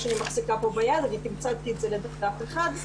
ביד, אבל תמצתי אותו לדף אחד.